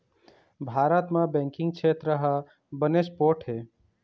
भारत म बेंकिंग छेत्र ह बनेच पोठ हे